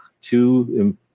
two